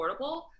affordable